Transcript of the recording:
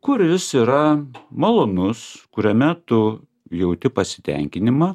kuris yra malonus kuriame tu jauti pasitenkinimą